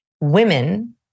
women